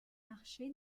marché